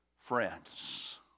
friends